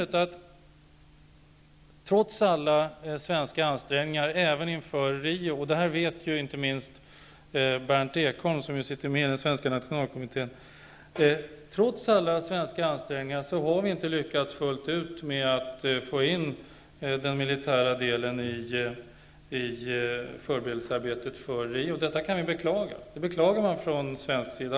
Trots alla svenska ansträngningar även inför konferensen i Rio -- det här vet inte minst Berndt Ekholm som sitter med i den svenska nationalkommittén -- har vi inte lyckats fullt ut med att få in de militära frågorna i förberedelsearbetet inför Rio. Detta beklagar man självfallet från svensk sida.